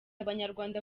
abanyarwanda